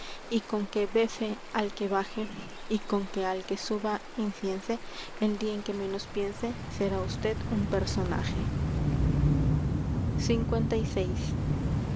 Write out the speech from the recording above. y con que befe al al que que y con que suba inciense piense el día en que menos un será usted personaje